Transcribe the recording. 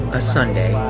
a sunday,